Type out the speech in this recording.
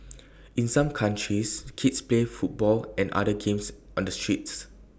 in some countries kids play football and other games on the streets